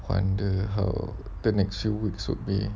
wonder how the next few weeks would be